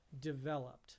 developed